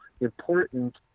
important